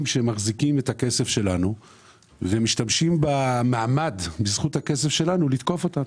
שמחזיקים את הכסף שלנו ומשתמשים במעמד בזכות הכסף שלנו לתקוף אותנו,